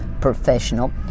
professional